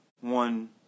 one